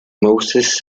moses